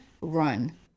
run